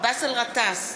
באסל גטאס,